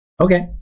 Okay